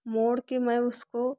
मोड़ के मैं उसको